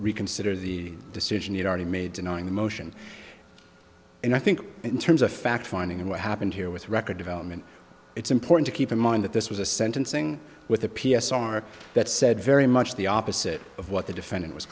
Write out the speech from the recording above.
reconsider the decision he'd already made denying the motion and i think in terms of fact finding and what happened here with record development it's important to keep in mind that this was a sentencing with a p s r that said very much the opposite of what the defendant was